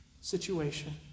situation